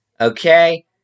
Okay